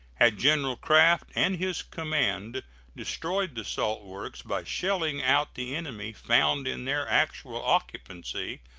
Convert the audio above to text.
had general craft and his command destroyed the salt works by shelling out the enemy found in their actual occupancy,